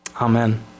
Amen